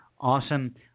Awesome